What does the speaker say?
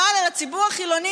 אבל על הציבור החילוני,